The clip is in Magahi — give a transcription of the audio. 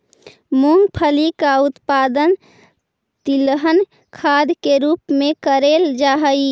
मूंगफली का उत्पादन तिलहन खाद के रूप में करेल जा हई